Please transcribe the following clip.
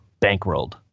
bankrolled